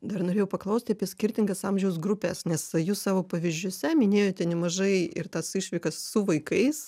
dar norėjau paklausti apie skirtingas amžiaus grupes nes jūs savo pavyzdžiuose minėjote nemažai ir tas išvykas su vaikais